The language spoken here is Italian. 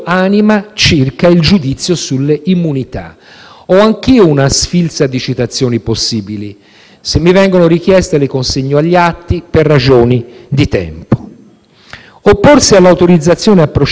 se mi vengono richieste, le consegno agli atti per ragioni di tempo. Opporsi all'autorizzazione a procedere è un ribaltamento secco della posizione da voi tenuta nel corso degli anni.